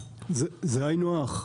זה היינו הך.